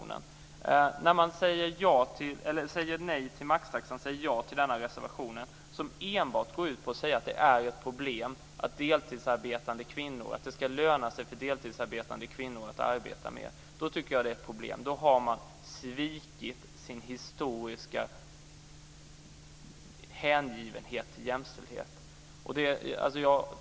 När man säger nej till maxtaxan och ja till denna reservation, som enbart går ut på att säga att det är problem för deltidsarbetande kvinnor och att det ska löna sig för dem att arbeta mer, är det ett problem. Då har man svikit sin historiska hängivenhet för jämställdhet.